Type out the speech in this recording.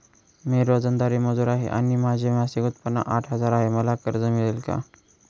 मी रोजंदारी मजूर आहे आणि माझे मासिक उत्त्पन्न आठ हजार आहे, मला कर्ज मिळेल का?